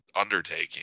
undertaking